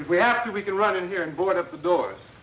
we actually we can run in here and board up the doors